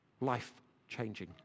life-changing